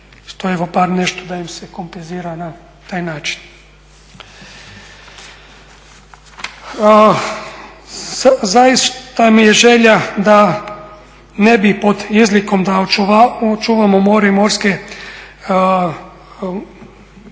je evo bar nešto da im se kompenzira na taj način. Zaista mi je želja da ne bi pod izlikom da očuvamo more i morske